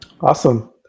Awesome